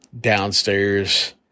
downstairs